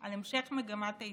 על המשך מגמת ההתייקרות.